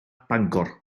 bangor